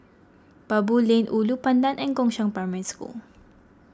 Baboo Lane Ulu Pandan and Gongshang Primary School